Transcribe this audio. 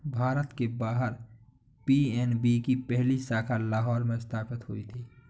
भारत के बाहर पी.एन.बी की पहली शाखा लाहौर में स्थापित हुई थी